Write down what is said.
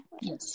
Yes